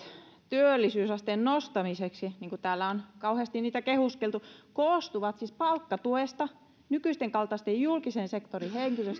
työllisyysasteen nostamiseksi joita täällä on kauheasti kehuskeltu koostuvat siis palkkatuesta nykyisten kaltaisten julkisen sektorin